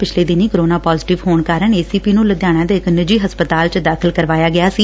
ਪਿਛਲੇ ਦਿਨੀਂ corona positive ਹੋਣ ਕਾਰਨ ਏ ਸੀ ਪੀ ਨੂੰ ਲੁਧਿਆਣਾ ਦੇ ਇਕ ਨਿੱਜੀ ਹਸਪਤਾਲ ਚ ਦਾਖ਼ਲ ਕਰਾਇਆ ਗਿਆ ਸੀ